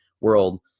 world